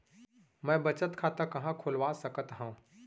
मै बचत खाता कहाँ खोलवा सकत हव?